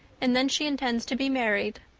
and then she intends to be married.